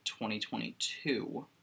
2022